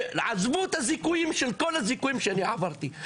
עזבו את הזיכויים של כל הזיכויים שאני עברתי.